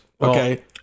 Okay